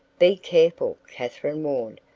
be careful, katherine warned.